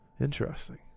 Interesting